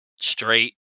straight